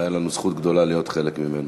והייתה לנו זכות גדולה להיות חלק ממנו.